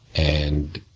and,